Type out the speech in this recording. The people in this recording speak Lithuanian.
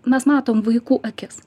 mes matom vaikų akis